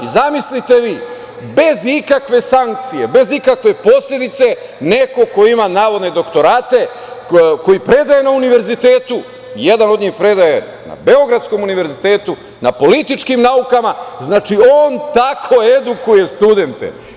Zamislite vi, bez ikakve sankcije, bez ikakve posledice, neko ko ima navodne doktorate, koji predaje na univerzitetu, jedan od njih predaje na beogradskom univerzitetu, na političkim naukama, znači, on tako edukuje studente.